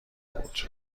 بود